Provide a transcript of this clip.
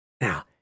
Now